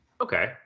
Okay